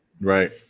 Right